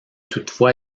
toutefois